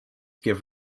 give